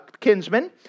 kinsman